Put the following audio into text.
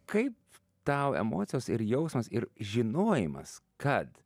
kaip tau emocijos ir jausmas ir žinojimas kad